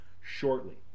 shortly